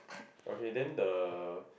okay then the